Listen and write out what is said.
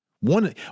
One